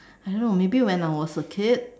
I don't know maybe when I was a kid